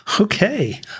Okay